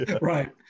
Right